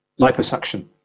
Liposuction